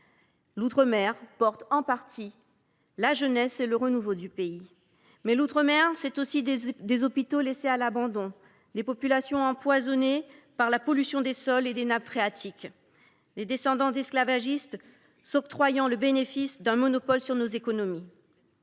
L’outre mer porte en partie la jeunesse et le renouveau du pays. Mais l’outre mer, ce sont aussi des hôpitaux laissés à l’abandon ; des populations empoisonnées par la pollution des sols et des nappes phréatiques ; des descendants d’esclavagistes s’octroyant le privilège et les bénéfices d’un monopole sur nos économies.